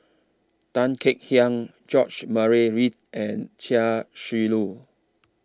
Tan Kek Hiang George Murray Reith and Chia Shi Lu